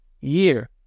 year